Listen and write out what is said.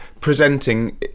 presenting